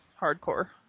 hardcore